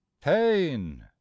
pain